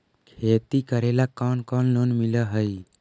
खेती करेला कौन कौन लोन मिल हइ?